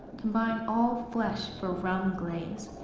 combine all flesh for brown glaze.